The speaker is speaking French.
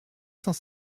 cent